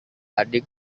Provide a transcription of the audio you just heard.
adik